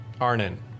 Arnon